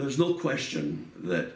there's no question that